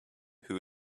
who